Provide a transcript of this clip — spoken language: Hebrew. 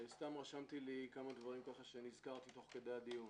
רשמתי כמה דברים שנזכרתי תוך כדי הדיון: